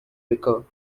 recur